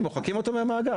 מוחקים אותו מהמאגר.